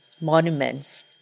monuments